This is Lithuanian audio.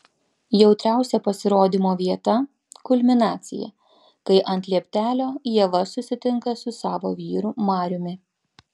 jautriausia pasirodymo vieta kulminacija kai ant lieptelio ieva susitinka su savo vyru mariumi